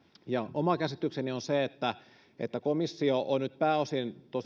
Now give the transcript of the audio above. oma käsitykseni on se että komissio on nyt tosiaan pääosin